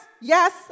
yes